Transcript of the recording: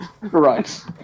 right